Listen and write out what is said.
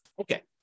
okay